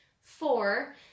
Four